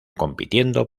compitiendo